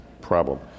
problem